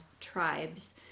tribes